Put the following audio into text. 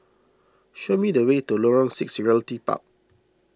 show me the way to Lorong six Realty Park